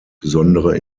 besondere